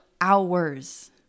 hours